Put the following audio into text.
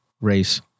race